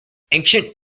ancient